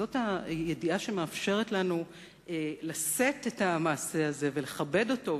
וזאת הידיעה שמאפשרת לנו לשאת את המעשה הזה ולכבד אותו,